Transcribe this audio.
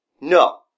No